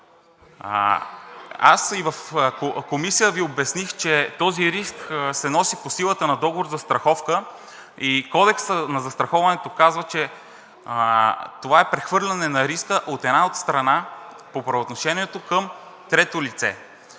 Аз и в Комисията Ви обясних, че този риск се носи по силата на договор „Застраховка“ и Кодекса на застраховането казва, че това е прехвърляне на риска от една от страните по правоотношението към трето лице,